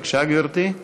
בבקשה, גברתי.